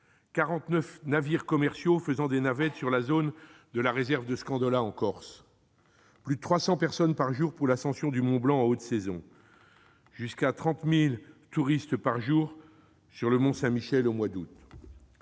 49 navires commerciaux faisant des navettes sur la zone de la réserve de Scandola, en Corse, plus de 300 personnes par jour pour l'ascension du mont Blanc, en haute saison ; jusqu'à 30 000 touristes par jour sur le Mont-Saint-Michel au mois d'août